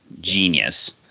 Genius